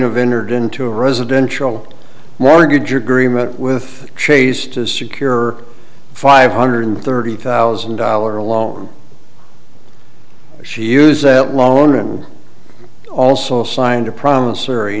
of entered into a residential mortgage agreement with chase to secure five hundred thirty thousand dollars alone she used that loan and also signed a promis